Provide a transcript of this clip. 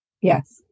yes